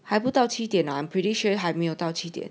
还不到七点 I'm pretty sure 还没有到七点